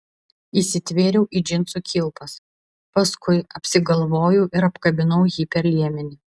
įsitvėriau į džinsų kilpas paskui apsigalvojau ir apkabinau jį per liemenį